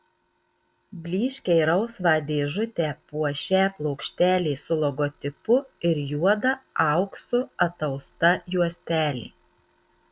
blyškiai rausvą dėžutę puošią plokštelė su logotipu ir juoda auksu atausta juostelė